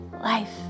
life